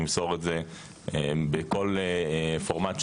נמסור את זה בכל פורמט שתרצו.